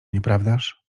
nieprawdaż